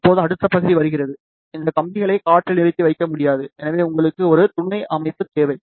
இப்போது அடுத்த பகுதி வருகிறது இந்த கம்பிகளை காற்றில் நிறுத்தி வைக்க முடியாது எனவே உங்களுக்கும் ஒரு துணை அமைப்பு தேவை